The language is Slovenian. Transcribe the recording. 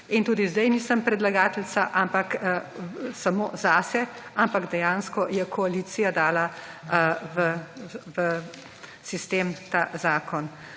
in tudi sedaj nisem predlagateljica, ampak samo zase, ampak dejansko je koalicija dala v sistem ta zakon.